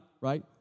right